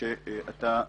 שאתה מעביר.